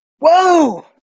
Whoa